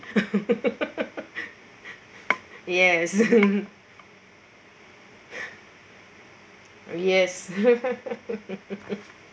yes yes